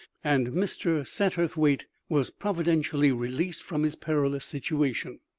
and mr. satterthwaite was providentially released from his perilous situation.